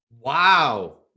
Wow